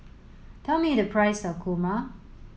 tell me the price of Kurma